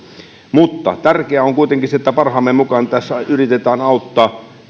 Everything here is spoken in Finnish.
mutta tärkeää on kuitenkin se että parhaamme mukaan tässä yritetään auttaa